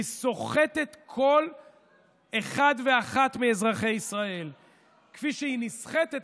היא סוחטת כל אחד ואחת מאזרחי ישראל כפי שהיא נסחטת,